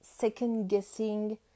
second-guessing